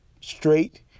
straight